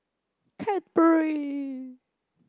Cadbury